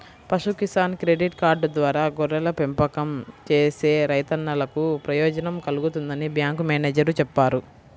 పశు Kisan credit card ద్వారా గొర్రెల పెంపకం చేసే రైతన్నలకు ప్రయోజనం కల్గుతుందని బ్యాంకు మేనేజేరు చెప్పారు